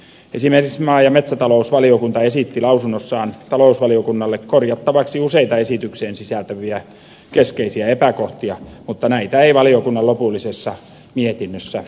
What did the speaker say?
esimerkiksi maa ja metsätalousvaliokunta esitti lausunnossaan talousvaliokunnalle korjattavaksi useita esitykseen sisältyviä keskeisiä epäkohtia mutta näitä ei valiokunnan lopullisessa mietinnössä näy huomioidun